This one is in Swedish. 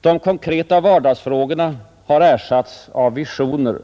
De konkreta vardagsfrågorna har ersatts av visioner.